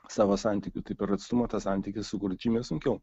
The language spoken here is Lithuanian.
savo santykių tai per atstumą tą santykį sukurt žymiai sunkiau